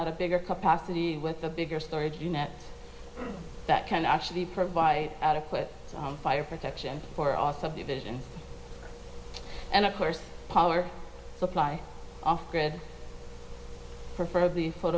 at a bigger capacity with a bigger storage unit that can actually provide adequate fire protection for our subdivision and of course power supply off the grid for of the sort